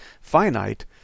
finite